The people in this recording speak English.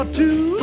two